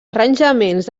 arranjaments